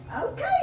Okay